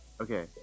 okay